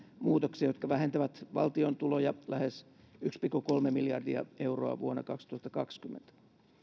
muutoksia jotka vähentävät valtion tuloja lähes yksi pilkku kolme miljardia euroa vuonna kaksituhattakaksikymmentä